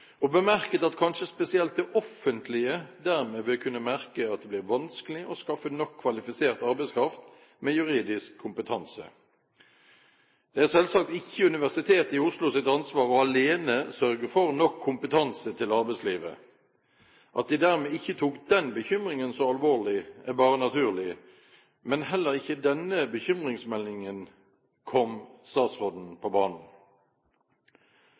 og bemerket at kanskje spesielt det offentlige dermed vil kunne merke at det blir vanskelig å skaffe nok kvalifisert arbeidskraft med juridisk kompetanse. Det er selvsagt ikke Universitetet i Oslos ansvar alene å sørge for nok kompetanse til arbeidslivet. At de dermed ikke tok den bekymringen så alvorlig, er bare naturlig, men heller ikke etter denne bekymringsmeldingen kom statsråden på banen.